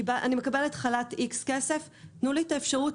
כי אני מקבלת X כסף בחל"ת תנו לי אפשרות